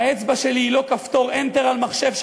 האצבע שלי היא לא כפתור enter על מחשב,